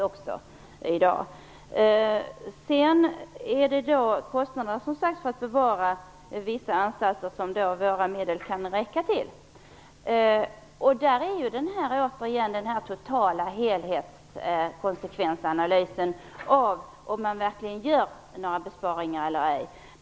Vad gäller det bevarande av vissa anstalter som våra medel kan räcka till krävs det återigen en total konsekvensanalys av om man verkligen gör några besparingar eller ej.